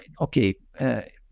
okay